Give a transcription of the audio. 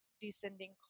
descending